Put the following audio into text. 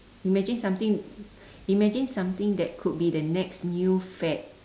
imagine something imagine something that could be the next new fad